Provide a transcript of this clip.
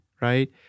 right